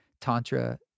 tantra